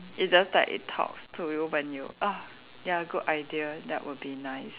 it just like it talks to you when you ah ya good idea that would be nice